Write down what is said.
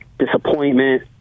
disappointment